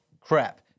crap